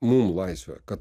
mum laisvę kad